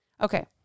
Okay